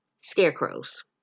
scarecrows